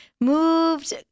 moved